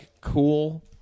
cool